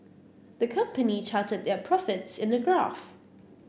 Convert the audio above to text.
the company charted their profits in a graph